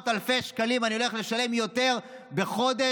אני הולך לשלם עשרות אלפי שקלים יותר בחודש